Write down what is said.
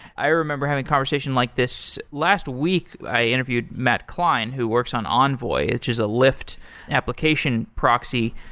i remember having a conversation like this. last week, i interviewed matt klein who works on envoy, which is a lyft application proxy.